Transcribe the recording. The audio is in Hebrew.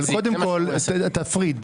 קודם כול, תפריד.